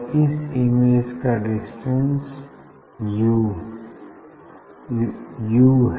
और इस इमेज का डिस्टेंस है यू